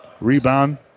Rebound